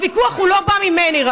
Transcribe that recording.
הוויכוח לא בא רק ממני.